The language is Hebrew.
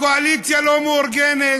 הקואליציה לא מאורגנת,